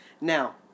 Now